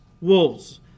wolves